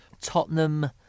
Tottenham